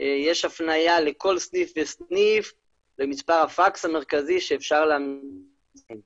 יש הפניה לכל סניף וסניף עם מספר הפקס המרכזי שאפשר לשלוח אליו.